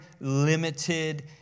limited